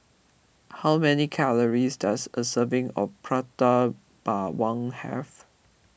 how many calories does a serving of Prata Bawang have